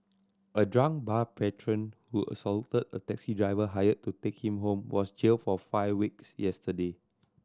a drunk bar patron who assaulted a taxi driver hired to take him home was jailed for five weeks yesterday